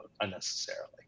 unnecessarily